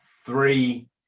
three